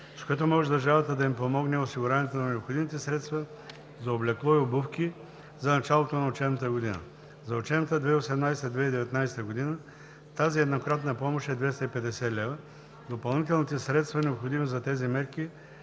с което може държавата да им помогне, е осигуряването на необходимите средства за облекло и обувки за началото на учебната година. За учебната 2018/2019 г. тази еднократна помощ е 250 лв. Допълнителните средства, необходими за тези мерки,